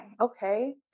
Okay